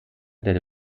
der